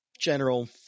general